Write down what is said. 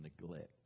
neglect